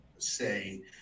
say